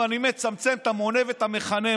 אם אני מצמצם את המונה ואת המכנה,